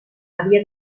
havia